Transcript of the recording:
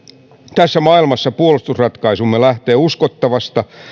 tässä maailmassa puolustusratkaisumme lähtee uskottavasta